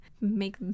make